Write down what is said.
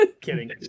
Kidding